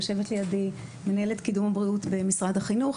יושבת ליידי מנהלת קידום הבריאות במשרד החינוך,